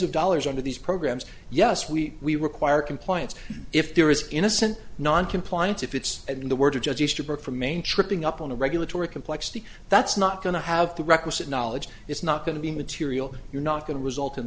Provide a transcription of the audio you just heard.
of dollars under these programs yes we we require compliance if there is innocent noncompliance if it's in the words of judge easterbrook from maine tripping up on a regulatory complexity that's not going to have the requisite knowledge it's not going to be material you're not going to result in